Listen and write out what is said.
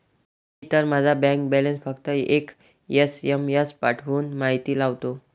मी तर माझा bank balance फक्त एक एस.एम.एस पाठवून माहिती लावतो